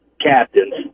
captains